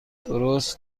درست